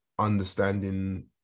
understanding